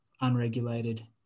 unregulated